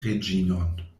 reĝinon